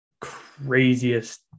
craziest